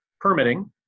permitting